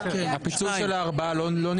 הפיצול של הארבעה לא נידון.